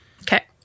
Okay